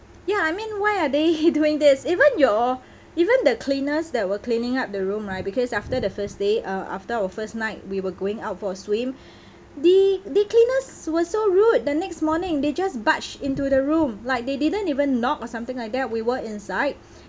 ya I mean why are they doing this even your even the cleaners that were cleaning up the room right because after the first day uh after our first night we were going out for a swim the the cleaners were so rude the next morning they just barged into the room like they didn't even knock or something like that we were inside